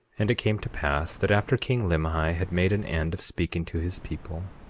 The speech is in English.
and it came to pass that after king limhi had made an end of speaking to his people,